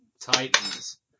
Titans